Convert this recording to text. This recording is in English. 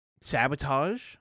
sabotage